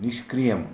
निष्क्रियम्